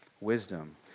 wisdom